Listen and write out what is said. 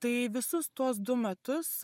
tai visus tuos du metus